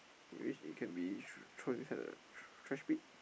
in which it can be thrown inside the trash bin